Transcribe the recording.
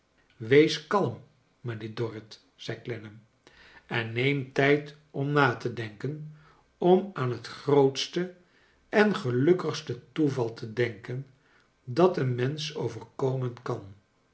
wees kalm mijnheer dorrit zei clennam en neem tijd om na te denken om aan het grootste en gelukkigste toeval te denken dat een mensch overkomen kan